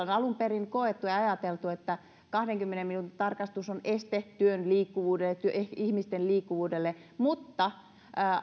on alun perin koettu ja ajateltu että kahdenkymmenen minuutin tarkastus on este työn liikkuvuudelle ihmisten liikkuvuudelle mutta